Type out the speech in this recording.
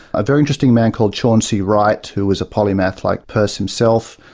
a very interesting man called chauncey wright, who was a polymath like peirce himself,